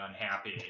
unhappy